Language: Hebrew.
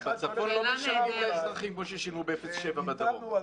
אבל בצפון לא משלמים לאזרחים כמו ששילמו באפס עד שבע בדרום.